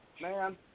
Man